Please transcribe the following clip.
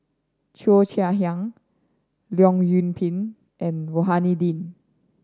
Cheo Chai Hiang Leong Yoon Pin and Rohani Din